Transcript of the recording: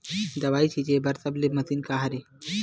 दवाई छिंचे बर सबले मशीन का हरे?